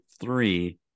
three